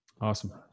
Awesome